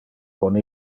con